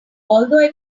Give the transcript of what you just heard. although